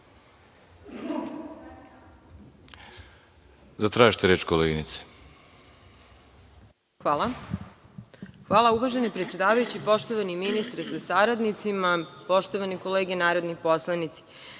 reč.)Zatražite reč koleginice. **Vesna Rakonjac** Hvala. Uvaženi predsedavajući, poštovani ministre sa saradnicima, poštovani kolege narodni poslanici.